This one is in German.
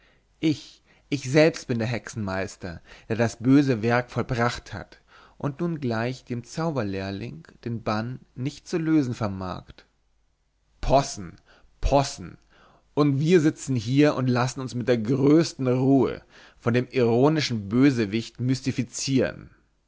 ich ich selbst bin der hexenmeister der das böse werk vollbracht hat und nun gleich dem zauberlehrling den bann nicht zu lösen vermag possen possen und wir sitzen hier und lassen uns mit der größten ruhe von dem ironischen bösewicht